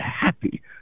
happy